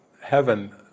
heaven